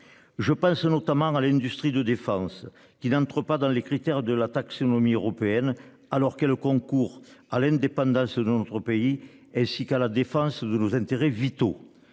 Je pense notamment à l'industrie de défense qui n'entrent pas dans les critères de la taxonomie européenne alors que le concours à l'indépendance. De notre pays, ainsi qu'à la défense de nos intérêts vitaux.